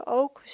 ook